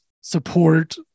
support